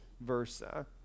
versa